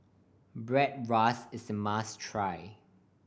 bratwurst is a must try